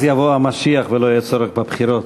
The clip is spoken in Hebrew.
אז יבוא המשיח ולא יהיה צורך בבחירות.